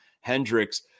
Hendricks